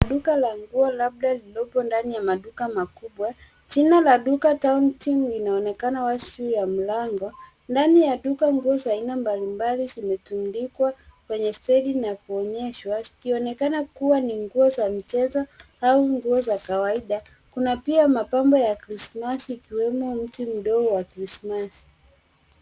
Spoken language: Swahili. Duka la nguo labda lilipo ndani ya maduka makubwa. Jina la duka Town Team inaonekana wazi juu ya mlango. Ndani ya duka nguo za aina mbalimbali zimetumdikwa kwenye stedi na kuonyeshwa ikionekana kuwa ni nguo za michezo au nguo za kawaida. Kuna pia mapambo ya Krismasi ikiwemo mti mdogo wa Krismasi.